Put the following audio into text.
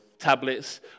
tablets